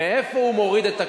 מאיפה הוא מוריד את הכסף?